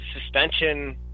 suspension